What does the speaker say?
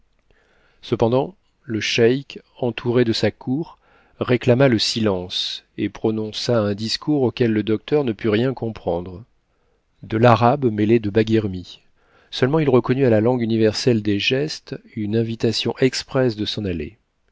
cependant le cheik entouré de sa cour réclama le silence et prononça un discours auquel le docteur ne put rien comprendre de l'arabe mêlé de baghirmi seulement il reconnut à la langue universelle des gestes une invitation expresse de s'en aller